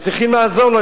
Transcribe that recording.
וצריכים לעזור לו,